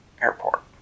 airport